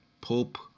Pope